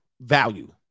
value